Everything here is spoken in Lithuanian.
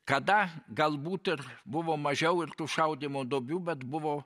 kada galbūt ir buvo mažiau ir tų šaudymo duobių bet buvo